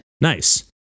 Nice